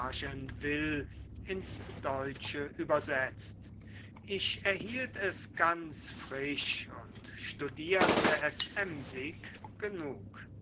d'argenville ins deutsche übersetzt ich erhielt es ganz frisch und studierte es emsig genug